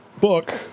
book